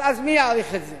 אבל אז מי יעריך את זה?